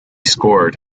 scored